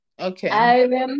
Okay